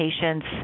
patients